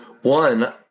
one